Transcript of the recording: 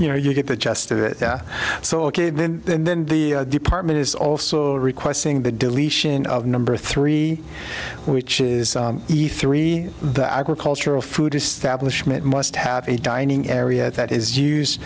you know you get the just so ok then then then the department is also requesting the deletion of number three which is ether three the agricultural food establishment must have a dining area that is used